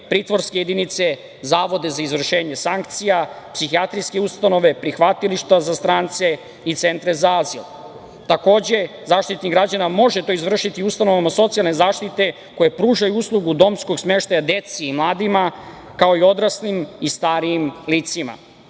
pritvorske jedinice, zavode za izvršenje sankcija, psihijatrijske ustanove, prihvatilišta za strance i centre za azil. Takođe, Zaštitnik građana može to izvršiti u ustanovama socijalne zaštite koje pružaju uslugu domskog smeštaja deci i mladima, kao i odraslim i starijim